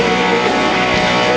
and